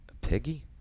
piggy